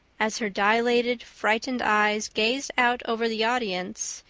as her dilated, frightened eyes gazed out over the audience,